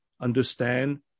understand